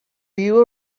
you